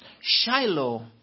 Shiloh